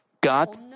God